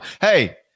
Hey